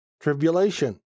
Tribulation